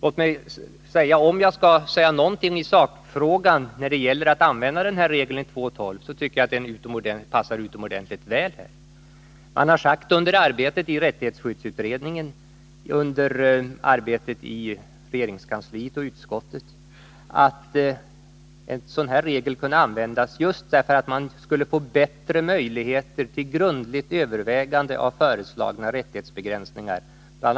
I sakfrågan, om man skall använda regeln i regeringsformens 2 kap. 12 §, tycker jag att regeln passar utomordentligt väl här. Under arbetet i rättighetsskyddsutredningen, regeringskansliet och utskottet har det sagts att en sådan här regel kunde användas just för att få bättre möjligheter till grundligt övervägande av föreslagna rättighetsbegränsningar. BI.